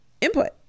input